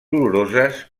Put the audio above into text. doloroses